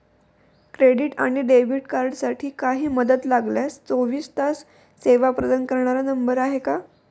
Credit आणि debit कार्डसाठी काही मदत लागल्यास चोवीस तास सेवा प्रदान करणारा नंबर आहे का?